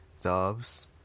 Doves